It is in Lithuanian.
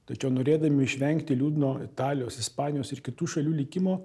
tačiau norėdami išvengti liūdno italijos ispanijos ir kitų šalių likimo